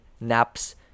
naps